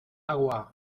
agua